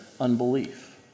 unbelief